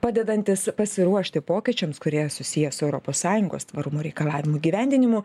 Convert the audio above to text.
padedantis pasiruošti pokyčiams kurie susiję su europos sąjungos tvarumo reikalavimų įgyvendinimu